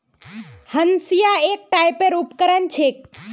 हंसिआ एक टाइपेर उपकरण ह छेक